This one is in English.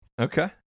Okay